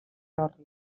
horri